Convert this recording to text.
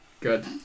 good